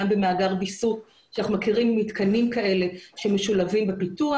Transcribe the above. גם במאגר ויסות כשאנחנו מכירים מתקנים כאלה שמשולבים בפיתוח.